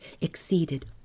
exceeded